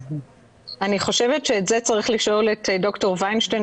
אני חושבת שאת זה צריך לשאול את ד"ר וינשטיין